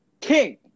King